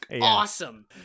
awesome